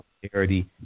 Solidarity